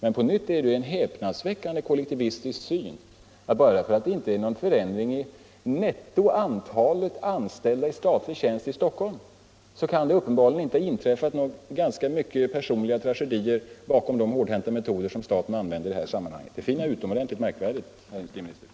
Men på nytt är det ju en häpnadsväckande kollektivistisk syn att bara för att det inte är någon förändring i nettoantalet anställda i statlig tjänst i Stockholm, kan det uppenbarligen inte ha inträffat ganska många personliga tragedier till följd av de hårdhänta metoder som staten använder i detta sammanhang. Det finner jag utomordenligt märkvärdigt, herr industriminister.